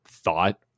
thought